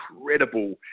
incredible